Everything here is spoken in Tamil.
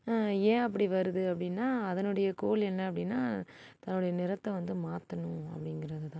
ஏன் அப்படி வருது அப்படின்னா அதனுடைய கோல் என்ன அப்படின்னா தன்னுடைய நிறத்தை வந்து மாற்றணும் அப்படிங்கறதுதான்